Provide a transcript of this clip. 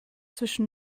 zwischen